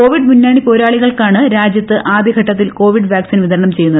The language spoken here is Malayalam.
കോവിഡ് മുന്നണി പോരാളികൾക്കാണ് രാജ്യത്ത് ആദ്യഘട്ടത്തിൽ കോവിഡ് വാക്സിൻ വിതരണം ചെയ്യുന്നത്